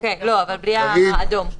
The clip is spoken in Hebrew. אבל, בלי האדום.